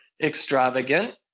extravagant